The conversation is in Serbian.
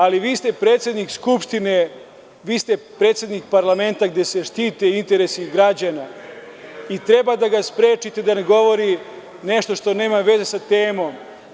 Ali, vi ste predsednik Skupštine, vi ste predsednik parlamenta gde se štite interesi građana i treba da ga sprečite da ne govori nešto što nema veze sa temom.